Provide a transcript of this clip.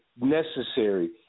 necessary